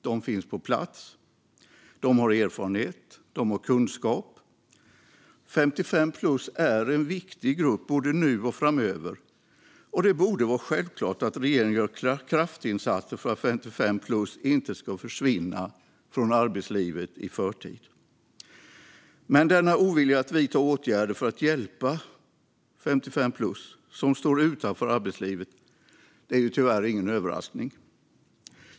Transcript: De finns på plats, och de har erfarenhet och kunskap. 55-plus är en viktig grupp både nu och framöver, och det borde vara självklart att regeringen gör kraftinsatser för att 55-plus inte ska försvinna från arbetslivet i förtid. Men denna ovilja att vidta åtgärder för att hjälpa 55-plussare som står utanför arbetslivet är tyvärr ingen överraskning.